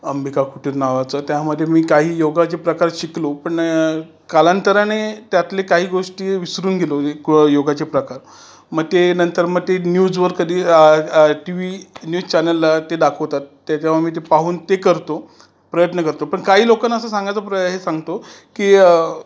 अंबिका कुटीर नावाचं त्यामध्ये मी काही योगाचे प्रकार शिकलो पण कालांतराने त्यातले काही गोष्टी विसरून गेलो इ कु योगाचे प्रकार मग ते नंतर मग ते न्यूजवर कधी टी व्ही न्यूज चॅनलला ते दाखवतात ते तेव्हां मी ते पाहून ते करतो प्रयत्न करतो पण काही लोकांना असं सांगायचं प्र हे सांगतो की